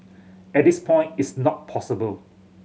at this point it's not possible